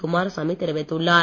குமாரசாமி தெரிவித்துள்ளார்